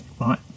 Right